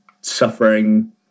suffering